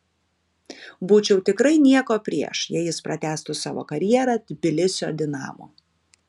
būčiau tikrai nieko prieš jei jis pratęstų savo karjerą tbilisio dinamo